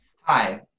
Hi